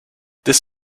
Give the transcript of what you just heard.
this